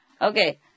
Okay